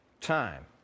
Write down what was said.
Time